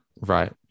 Right